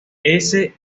ese